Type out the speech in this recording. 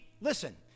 listen